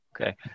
Okay